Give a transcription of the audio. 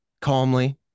calmly